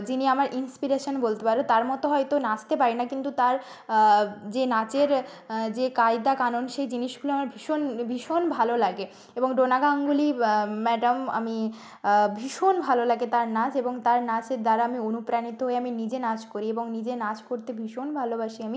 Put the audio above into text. যিনি আমার ইন্সপিরেশান বলতে পারো তার মতো হয়তো নাচতে পারি না কিন্তু তার যে নাচের যে কায়দা কানুন সেই জিনিসগুলো আমার ভীষণ ভীষণ ভালো লাগে এবং ডোনা গাঙ্গুলী ম্যাডাম আমি ভীষণ ভালো লাগে তার নাচ এবং তার নাচের দ্বারা আমি অনুপ্রাণিত হয়ে আমি নিজে নাচ করি এবং নিজে নাচ করতে ভীষণ ভালোবাসি আমি